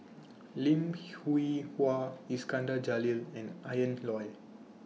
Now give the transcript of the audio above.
Lim Hwee Hua Iskandar Jalil and Ian Loy